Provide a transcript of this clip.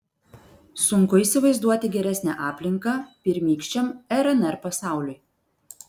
sunku įsivaizduoti geresnę aplinką pirmykščiam rnr pasauliui